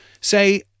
Say